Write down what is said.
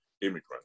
immigrant